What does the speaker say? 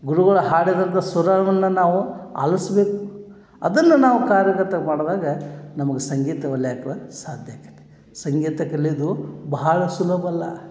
ಗುರುಗಳು ಹಾಡಿದಂಥ ಸ್ವರವನ್ನು ನಾವು ಆಲಿಸ್ಬೇಕು ಅದನ್ನು ನಾವು ಕಾರ್ಯಗತ ಮಾಡ್ದಾಗ ನಮಗೆ ಸಂಗೀತ ವಲ್ಯಾಕ ಸಾಧ್ಯ ಆಕೈತಿ ಸಂಗೀತ ಕಲ್ಯೋದು ಬಹಳ ಸುಲಭವಲ್ಲ